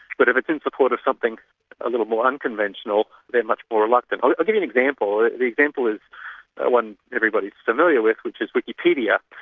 but if it's in support of something a little more unconventional, they're much more reluctant. i'll i'll give you an example. the example is one everybody's familiar with, which is wikipedia,